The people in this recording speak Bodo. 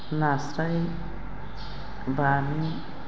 नास्राय बामि